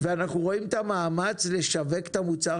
ואנחנו רואים את המאמץ לשווק את המוצר